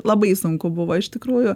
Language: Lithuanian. labai sunku buvo iš tikrųjų